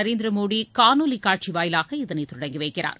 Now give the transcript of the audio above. நரேந்திர மோதி காணொலிக் காட்சி வாயிவாக இதனைத் தொடங்கி வைக்கிறார்